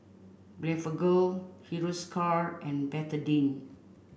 Blephagel Hiruscar and Betadine